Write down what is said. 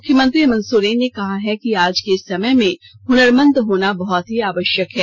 मुख्यमंत्री हेमंत सोरेन ने कहा है कि आज के समय में हुनरमंद होना बहुत ही आवश्यक है